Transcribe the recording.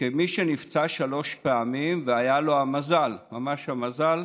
וכמי שנפצע שלוש פעמים והיה לו המזל, ממש המזל,